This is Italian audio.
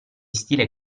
stile